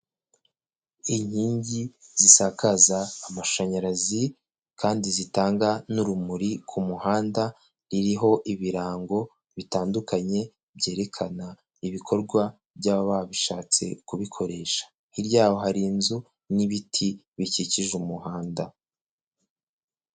Inkingi zisakaza amashanyarazi kandi zitanga n'urumuri ku muhanda, ririho ibirango bitandukanye byerekana ibikorwa by'ababa bishatse kubikoresha, hirya yaho hari inzu n'ibiti bikikije umuhanda.